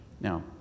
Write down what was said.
Now